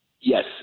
yes